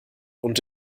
und